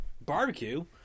barbecue